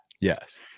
Yes